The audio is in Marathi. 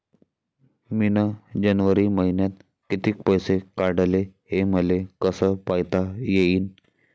मिन जनवरी मईन्यात कितीक पैसे काढले, हे मले कस पायता येईन?